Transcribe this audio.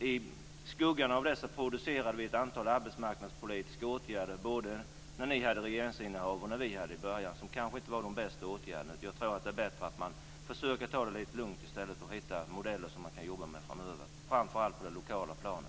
I skuggan av det producerade vi ett antal arbetsmarknadspolitiska åtgärder, både när ni hade regeringsinnehavet och när vi hade det, som kanske inte var de bästa åtgärderna. Jag tror att det är bättre att man försöker att ta det lite lugnt i stället och hitta modeller som man kan jobba med framöver, framför allt på det lokala planet.